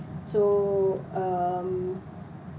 so um